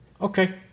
Okay